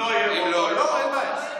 אם לא, לא, אין בעיה.